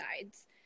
sides